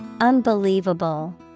Unbelievable